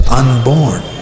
unborn